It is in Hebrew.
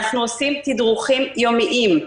אנחנו עושים תדרוכים יומיים,